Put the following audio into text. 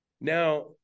now